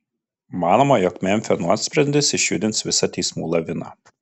manoma jog memfio nuosprendis išjudins visą teismų laviną